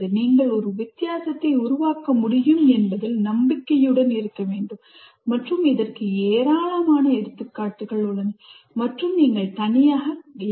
நீங்கள் ஒரு வித்தியாசத்தை உருவாக்க முடியும் என்பதில் நம்பிக்கையுடன் இருக்க வேண்டும் மற்றும் இதற்கு ஏராளமான எடுத்துக்காட்டுகள் உள்ளன மற்றும் நீங்கள் தனியாக இல்லை